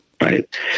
right